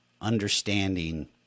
understanding